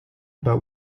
about